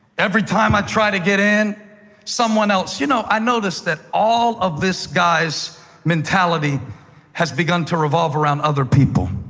every time i try to get in someone else, you know i noticed that all of this guy's mentality has begun to revolve around other people.